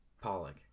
Pollock